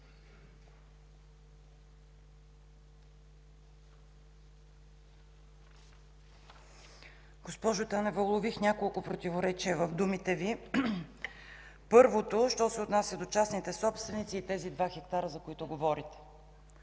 Госпожо Танева, улових няколко противоречия в думите Ви. Първото, що се отнася до частните собственици и тези два хектара, за които говорите.